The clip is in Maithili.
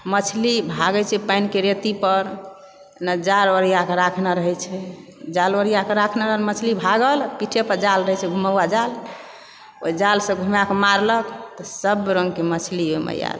मछली भागै छै पानिके रेती पर न जाल ओरिआके राखने रहैत छै जाल ओरिआके राखने रहैत छै मछली भागल पीठे पर जाल दय छै घुमौआ जाल ओहि जालसँ घुमाके मारलक तऽ सभ रङ्गके मछली ओहिमे आयल